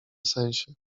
sensie